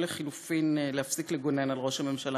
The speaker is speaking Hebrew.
או לחלופין להפסיק לגונן על ראש הממשלה